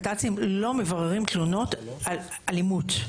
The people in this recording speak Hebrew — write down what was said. קת"צים לא מבררים תלונות על אלימות.